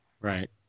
Right